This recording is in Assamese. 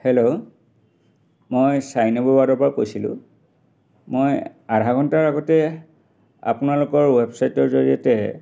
হেল্ল' মই চাৰি নম্বৰ ৱাৰ্ডৰ পৰা কৈছিলোঁ মই আধা ঘণ্টাৰ আগতে আপোনালোকৰ ৱেবচাইটৰ জৰিয়তে